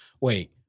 Wait